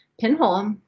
pinhole